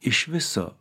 iš viso